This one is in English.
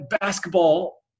basketball